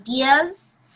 ideas